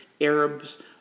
Arabs